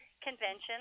convention